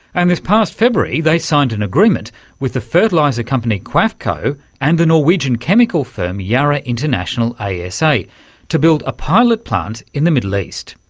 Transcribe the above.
and this past february they signed an agreement with the fertiliser company qafco and the norwegian chemical firm yara international asa ah so to build a pilot plant in the middle east,